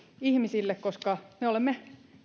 ihmisille koska me olemme